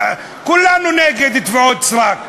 כולנו נגד תביעות סרק,